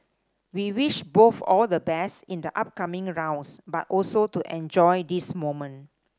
we wish both all the best in the upcoming but also to enjoy this moment